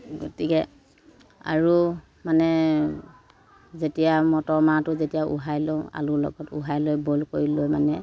গতিকে আৰু মানে যেতিয়া মটৰ মাহটো যেতিয়া উহাই লওঁ আলু লগত উহাই লৈ বইল কৰি লৈ মানে